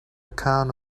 account